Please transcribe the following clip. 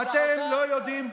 אתה לא מתבייש?